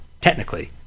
technically